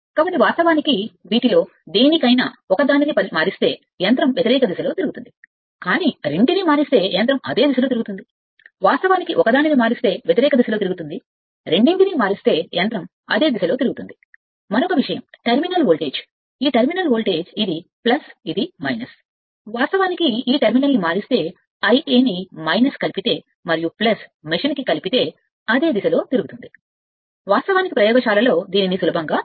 కాబట్టి అంటే వాస్తవానికి వీటిలో ఏదైనా ఉంటే వాస్తవానికి మార్పిడి యంత్రం వ్యతిరేక దిశలో తిరుగుతుంది కాని వాస్తవానికి రెంటిని మారిస్తే యంత్రం తిరుగుతుంది వాస్తవానికి చూసినట్లుగా వ్యతిరేక దిశలో వాస్తవానికి రెండూ వాస్తవంగా మారితే యంత్రం అదే విధంగా తిరుగుతుంది దిశ మరియు మరొక విషయం టెర్మినల్ వోల్టేజ్ ఈ టెర్మినల్ వోల్టేజ్ అనుకుంటే ఇది ఇది వాస్తవానికి ఈ టెర్మినల్ను మార్చుకుంటే I కలిపితే మరియు మెషీన్కు కలిపితే ప్రయోగశాలలో అదే దిశలో తిరుగుతుంది వాస్తవానికి సులభంగా ధృవీకరించగలదు